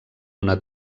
una